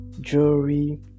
jewelry